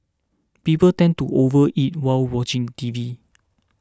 people tend to overeat while watching T V